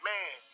Man